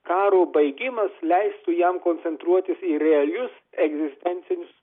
karo baigimas leistų jam koncentruotis į realius egzistencinius